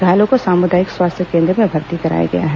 घायलों को सामुदायिक स्वास्थ्य केन्द्र में भर्ती कराया गया है